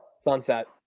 Sunset